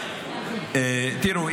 תראו,